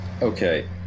Okay